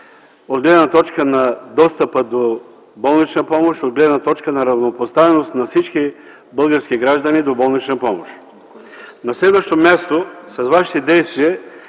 от гледна точка на достъпа до болнична помощ, от гледна точка на равнопоставеност на всички български граждани до тази помощ. На следващо място, с Вашите действия